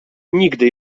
nigdy